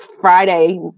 Friday